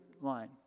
line